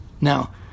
Now